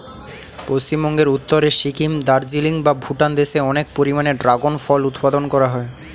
পশ্চিমবঙ্গের উত্তরে সিকিম, দার্জিলিং বা ভুটান দেশে অনেক পরিমাণে ড্রাগন ফল উৎপাদন করা হয়